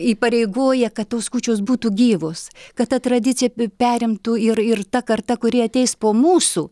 įpareigoja kad tos kūčios būtų gyvos kad ta tradicija perimtų ir ir ta karta kuri ateis po mūsų